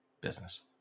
business